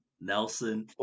Nelson